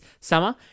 summer